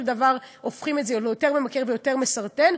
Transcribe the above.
דבר הופכים את זה ליותר ממכר ויותר מסרטן.